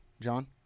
John